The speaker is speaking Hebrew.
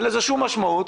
אין לזה שום משמעות,